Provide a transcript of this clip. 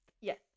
Yes